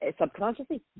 Subconsciously